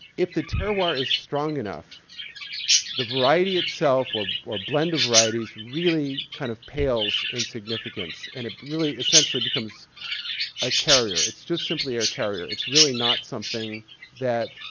if the terroir is strong enough the variety itself, or or blend of varieties, really kind of pales in significance. and it really essentially becomes a carrier. it's just simply a carrier. it's really not something that.